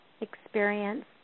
experience